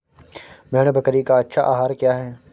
भेड़ बकरी का अच्छा आहार क्या है?